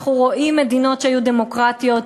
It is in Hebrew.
אנחנו רואים מדינות שהיו דמוקרטיות,